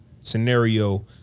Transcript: scenario